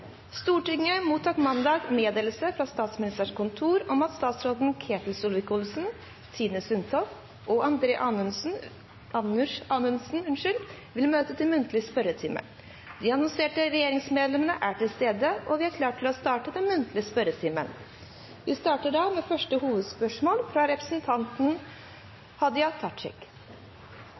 Stortinget mottok mandag meddelelse fra Statsministerens kontor om at statsrådene Ketil Solvik-Olsen, Tine Sundtoft og Anders Anundsen vil møte til muntlig spørretime. De annonserte regjeringsmedlemmene er til stede, og vi er klare til å starte den muntlige spørretimen. Vi starter da med første hovedspørsmål, fra